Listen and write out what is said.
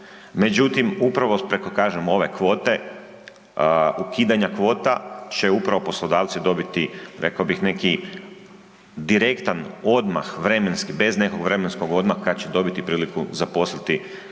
Međutim, upravo preko kažem ove kvote, ukidanja kvota će upravo poslodavci dobiti rekao bih neki direktan odmah vremenski, bez nekog vremenskog odmaka kad će dobiti priliku zaposliti kvalitetnu